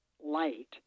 light